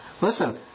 listen